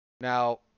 Now